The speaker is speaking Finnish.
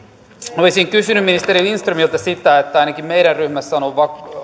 olisin kysynyt ministeri lindströmiltä sitä että kun ainakin meidän ryhmässä on on